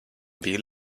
bil